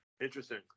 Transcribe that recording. Interesting